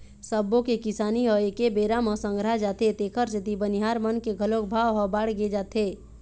सब्बो के किसानी ह एके बेरा म संघरा जाथे तेखर सेती बनिहार मन के घलोक भाव ह बाड़गे जाथे